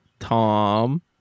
tom